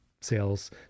sales